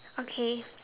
okay